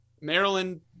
maryland